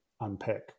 unpack